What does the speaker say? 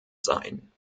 sein